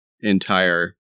entire